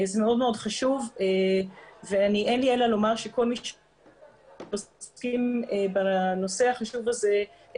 זה מאוד מאוד חשוב ואין לי אלא לומר שכל מי שעוסקים בנושא החשוב הזה,